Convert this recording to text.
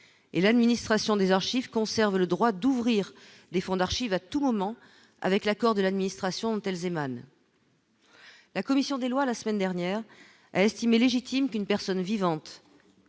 et l'administration des archives conservent le droit d'ouvrir des fonds d'archives à tout moment avec l'accord de l'administration, elles émanent. La commission des lois, la semaine dernière, estimez légitime qu'une personne vivante